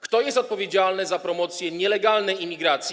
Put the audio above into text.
Kto jest odpowiedzialny za promocję nielegalnej imigracji?